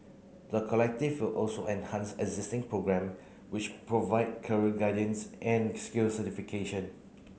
the Collective will also enhance existing programme which provide career guidance and skills certification